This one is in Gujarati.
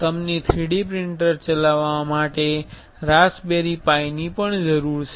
તમને 3D પ્રિંટર ચલાવવા માટે રાસબેરિ પાઇ ની જરૂર છે